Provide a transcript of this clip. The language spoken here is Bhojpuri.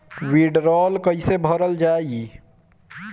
वीडरौल कैसे भरल जाइ?